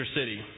city